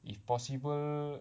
if possible